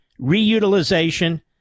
reutilization